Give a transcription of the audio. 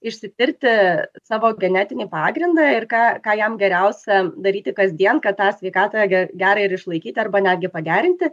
išsitirti savo genetinį pagrindą ir ką ką jam geriausia daryti kasdien kad tą sveikatą ge gerą ir išlaikyti arba netgi pagerinti